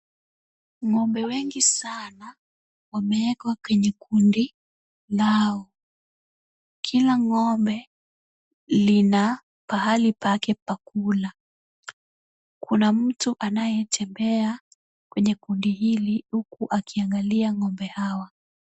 Ng'ombe wengi sana wamewekwa kwenye kikundi lao. Kila ng'ombe lina pahali pake pa kula. Kuna mtu anaye tembea kwenye kundi hili huku akiangalia ng'ombe hawa.